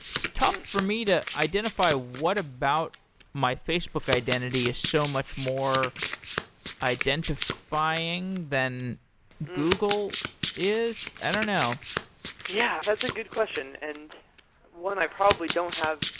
it's tough for me to identify what about my facebook identity is so much more identifying than google is. i don't know yeah, that's a good question and one i probably don't have